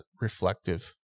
reflective